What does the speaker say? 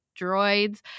droids